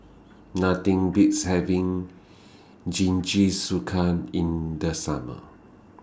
Nothing Beats having Jingisukan in The Summer